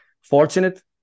fortunate